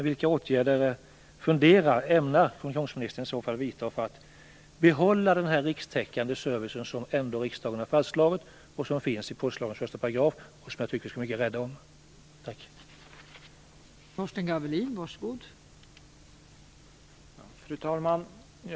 Vilka åtgärder ämnar kommunikationsminister i så fall vidta för att behålla den rikstäckande servicen, som riksdagen har fastslagit i postlagens första paragraf, och som jag tycker att vi skall vara mycket rädda om?